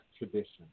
tradition